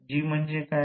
g म्हणजे काय